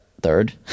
third